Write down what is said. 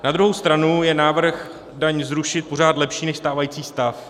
Na druhou stranu je návrh daň zrušit pořád lepší než stávající stav.